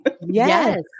yes